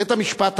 בית-המשפט אמר: